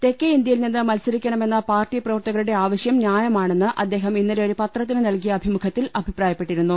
തെക്കേ ഇന്ത്യയിൽ നിന്ന് മത്സരിക്കണമെന്ന പാർട്ടി പ്രവർത്തക രുടെ ആവശ്യം ന്യായമാണെന്ന് അദ്ദേഹം ഇന്നലെ ഒരു പത്രത്തിന് നൽകിയ അഭിമുഖത്തിൽ അഭിപ്രായപ്പെട്ടിരുന്നു